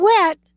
wet